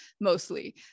mostly